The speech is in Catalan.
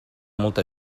molta